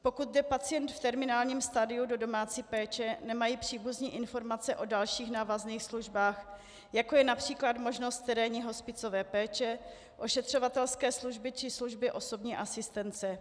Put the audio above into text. Pokud jde pacient v terminálním stadiu do domácí péče, nemají příbuzní informace o dalších návazných službách, jako je například možnost terénní hospicové péče, ošetřovatelské služby či služby osobní asistence.